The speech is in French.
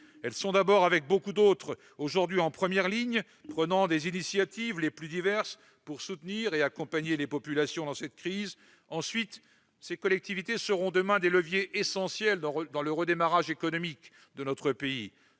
elles sont d'abord, avec beaucoup d'autres, aujourd'hui en première ligne, prenant les initiatives les plus diverses pour soutenir et accompagner les populations dans cette crise ; ensuite, ces collectivités seront demain des leviers essentiels dans le redémarrage économique de notre pays-